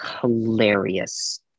hilarious